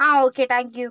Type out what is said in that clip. ആ okay thank you